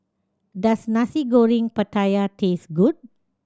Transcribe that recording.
does Nasi Goreng Pattaya taste good